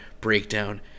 breakdown